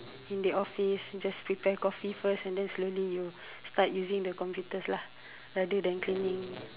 in the office just prepare coffee first and then slowly you start using the computers lah rather than cleaning